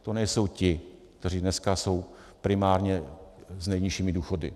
To nejsou ti, kteří dneska jsou primárně s nejnižšími důchody.